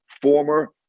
former